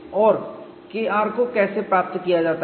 और Kr को कैसे प्राप्त किया जाता है